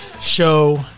show